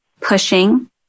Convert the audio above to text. pushing